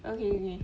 okay okay